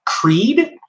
Creed